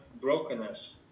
brokenness